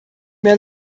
mir